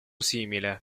simile